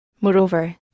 Moreover